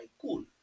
Cool